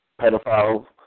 pedophiles